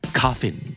coffin